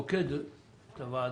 פוקד את הוועדה.